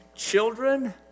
Children